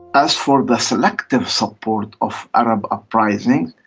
as for the selective support of arab uprisings,